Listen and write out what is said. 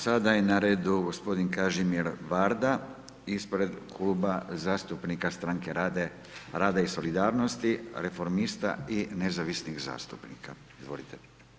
Sada je na redu g. Kažimir Varda ispred kluba zastupnika Stranke rada i solidarnosti, reformista i Nezavisnih zastupnika, izvolite.